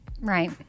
Right